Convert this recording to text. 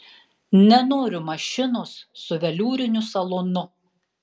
nenoriu mašinos su veliūriniu salonu